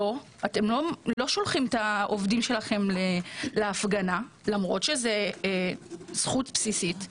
אתם לא שולחים את העובדים שלכם להפגנה למרות שזאת זכות בסיסית,